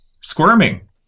squirming